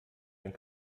dann